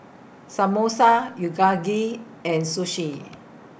Samosa and Sushi